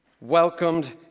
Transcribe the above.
welcomed